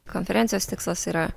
konferencijos tikslas yra